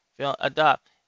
adopt